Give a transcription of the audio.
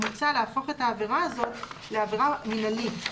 מוצע להפוך את העבירה הזאת לעבירה מנהלית.